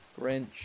Grinch